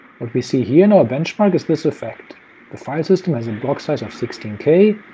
what we see here in our benchmark is this effect the file system has a block size of sixteen k,